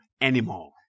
anymore